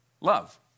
love